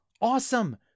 awesome